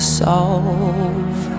solve